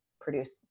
produce